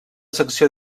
secció